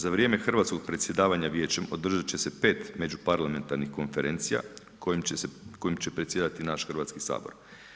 Za vrijeme hrvatskog predsjedavanja vijećem održati će se 5 međuparlamentarnih konferencijama kojim će predsjedati naš Hrvatski sabor.